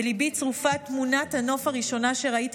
בליבי צרופה תמונת הנוף הראשונה שראיתי